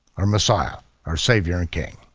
our messiah, our savior and king.